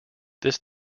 this